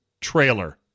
trailer